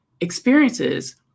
experiences